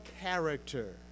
character